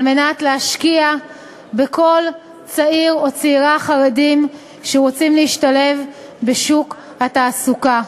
על מנת להשקיע בכל צעיר וצעירה חרדים שרוצים להשתלב בשוק התעסוקה,